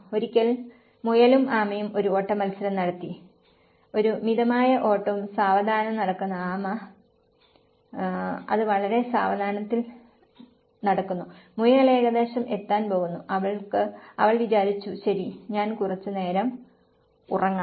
ഒരിക്കൽ മുയലും ആമയും ഒരു ഓട്ടമത്സരം നടത്തി ഒരു മിതമായ ഓട്ടവും സാവധാനം നടക്കുന്ന ആമ അത് വളരെ സാവധാനത്തിൽ നടക്കുന്നു മുയൽ ഏകദേശം എത്താൻ പോകുന്നു അവൾ വിചാരിച്ചു ശരി ഞാൻ കുറച്ച് നേരം ഉറങ്ങാം